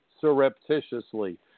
surreptitiously